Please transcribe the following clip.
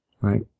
Right